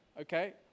okay